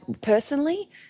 personally